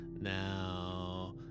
Now